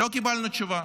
לא קיבלנו תשובה.